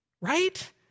Right